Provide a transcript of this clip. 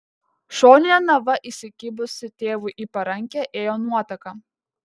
šonine nava įsikibusi tėvui į parankę ėjo nuotaka